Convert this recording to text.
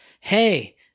Hey